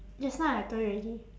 just now I told you already